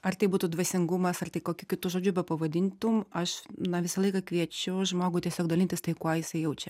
ar tai būtų dvasingumas ar tai kokiu kitu žodžiu bepavadintum aš na visą laiką kviečiu žmogų tiesiog dalintis tai kuo jisai jaučia